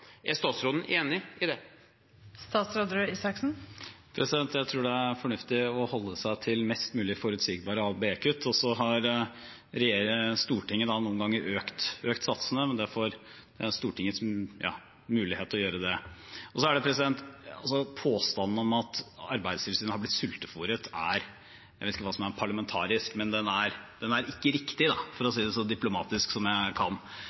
Er statsråden enig i det? Jeg tror det er fornuftig å holde seg til mest mulig forutsigbare ABE-kutt, og så har Stortinget da noen ganger økt satsene, men det har Stortinget mulighet til å gjøre. Påstanden om at Arbeidstilsynet har blitt sultefôret, er ikke riktig – for å si det så diplomatisk som jeg kan. Hvis man ser på tallene for arbeidslivskriminalitet, er det slik at alle de relevante indikatorene som